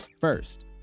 First